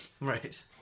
Right